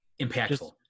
impactful